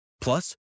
Plus